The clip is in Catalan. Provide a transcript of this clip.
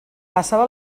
passava